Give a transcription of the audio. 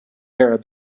arab